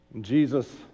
Jesus